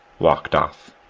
walked off.